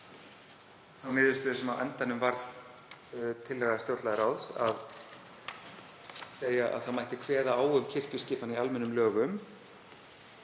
þá niðurstöðu sem á endanum varð tillaga stjórnlagaráðs, að segja að það mætti kveða á um kirkjuskipan í almennum lögum,